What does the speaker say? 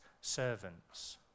servants